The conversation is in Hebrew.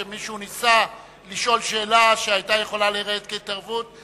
שמישהו ניסה לשאול שאלה שהיתה יכולה להיראות כהתערבות,